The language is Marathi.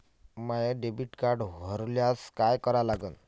माय डेबिट कार्ड हरोल्यास काय करा लागन?